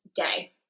day